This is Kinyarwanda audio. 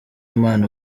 imana